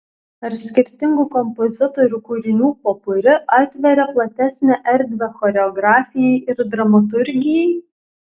ar skirtingų kompozitorių kūrinių popuri atveria platesnę erdvę choreografijai ir dramaturgijai